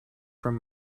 from